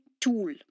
tool